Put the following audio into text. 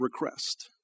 request